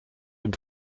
dem